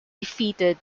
defeated